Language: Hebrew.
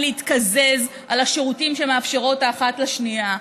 להתקזז על השירותים שהן מאפשרות האחת לשנייה.